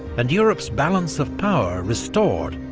and europe's balance of power restored,